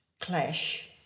clash